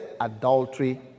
adultery